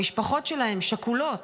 המשפחות שלהם שכולות.